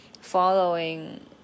following